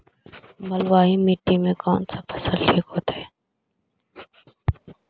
बलुआही मिट्टी में कौन फसल ठिक होतइ?